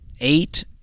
eight